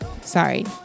Sorry